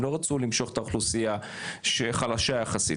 הם לא רצו למשוך את האוכלוסייה שחלשה יחסית,